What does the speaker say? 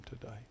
today